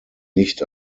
nicht